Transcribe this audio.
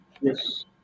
yes